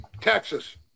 Texas